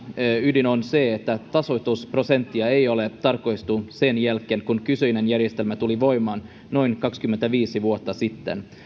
ydin on se että tasoitusprosenttia ei ole tarkistettu sen jälkeen kun kyseinen järjestelmä tuli voimaan noin kaksikymmentäviisi vuotta sitten